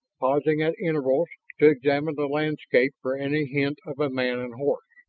pausing at intervals to examine the landscape for any hint of a man and horse.